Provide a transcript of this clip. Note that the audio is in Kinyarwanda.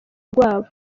rwabo